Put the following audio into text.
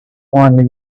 finally